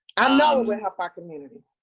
i know it would help our community.